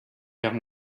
guerre